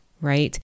right